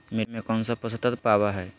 मिट्टी में कौन से पोषक तत्व पावय हैय?